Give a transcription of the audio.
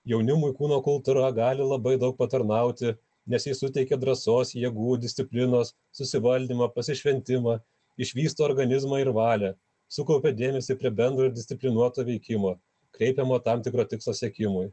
jaunimui kūno kultūra gali labai daug patarnauti nes ji suteikia drąsos jėgų disciplinos susivaldymą pasišventimą išvysto organizmą ir valią sukaupia dėmesį prie bendro ir disciplinuoto veikimo kreipiamo tam tikro tikslo siekimui